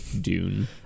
Dune